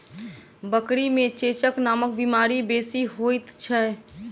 बकरी मे चेचक नामक बीमारी बेसी होइत छै